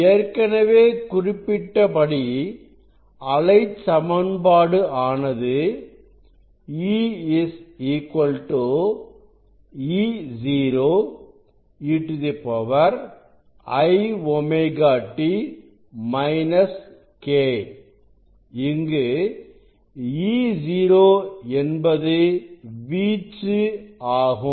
ஏற்கனவே குறிப்பிட்டபடி அலைச் சமன்பாடு ஆனது E E0 e iωt k இங்கு E0 என்பது வீச்சு ஆகும்